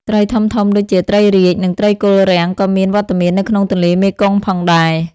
ត្រីធំៗដូចជាត្រីរាជ និងត្រីគល់រាំងក៏មានវត្តមាននៅក្នុងទន្លេមេគង្គផងដែរ។